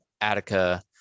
Attica